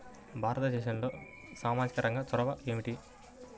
భారతదేశంలో సామాజిక రంగ చొరవ ఏమిటి?